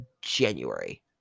January